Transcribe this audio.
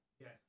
Yes